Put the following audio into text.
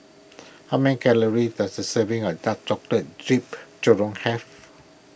how many calories does a serving of Dark Chocolate Jeep Churro have